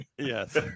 Yes